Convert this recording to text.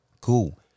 Cool